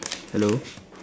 hello